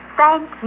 thank